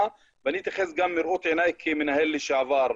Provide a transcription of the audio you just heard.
ואתייחס לדברים בעיניים של מנהל לשעבר.